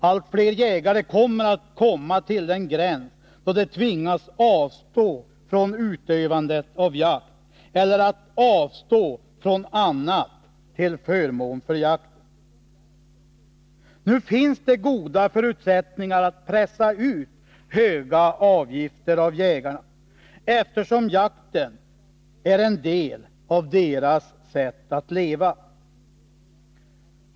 Allt fler jägare kommer att ställas inför att tvingas avstå från utövandet av jakt eller att avstå från annat till förmån för jakten. Nu finns det goda förutsättningar att pressa ut höga avgifter av jägarna, eftersom jakten är en del av deras sätt att leva.